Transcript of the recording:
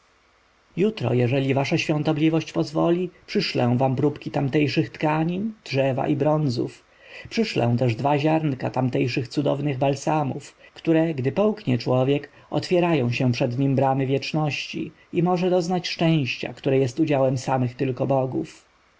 jutro jeżeli wasza świątobliwość pozwoli przyszlę wam próbki tamtejszych tkanin drzewa i bronzów przyszlę też dwa ziarnka tamtejszych cudownych balsamów które gdy połknie człowiek otwierają się przed nim bramy wieczności i może doznać szczęścia które jest udziałem samych tylko bogów